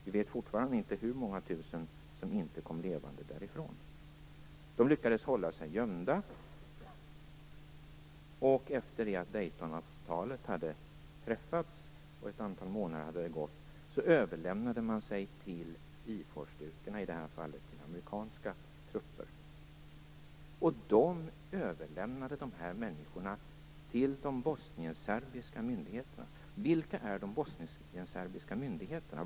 Vi vet fortfarande inte hur många tusen som inte kom levande därifrån. De lyckades hålla sig gömda. Efter det att Daytonavtalet hade träffats och ett antal månader hade gått överlämnade de sig till IFOR-styrkorna, och i det här fallet till amerikanska trupper. De trupperna överlämnade dessa människor till de bosnienserbiska myndigheterna. Vilka är de bosnienserbiska myndigheterna?